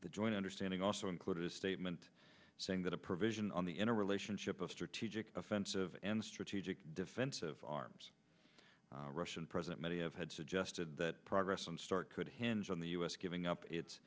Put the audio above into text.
joint understanding also included a statement saying that a provision on the in a relationship of strategic offensive and strategic defensive arms russian president medvedev had suggested that progress on start could hinge on the us giving up it